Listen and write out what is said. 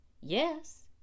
Yes